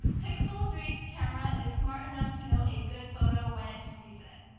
pixel three s camera is smart enough to know a good photo when it sees it.